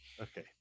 Okay